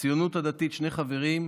הציונות הדתית, שני חברים: